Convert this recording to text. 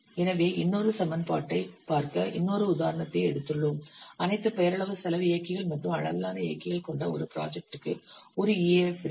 எனவே இன்னொரு சமன்பாட்டை பார்க்க இன்னொரு உதாரணத்தை எடுத்துள்ளோம் அனைத்து பெயரளவு செலவு இயக்கிகள் மற்றும் அளவிலான இயக்கிகள் கொண்ட ஒரு ப்ராஜெக்ட்டுக்கு ஒரு EAF இருக்கும்